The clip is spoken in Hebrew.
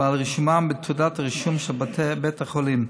ואחר רישומן בתעודת הרישום של בית החולים,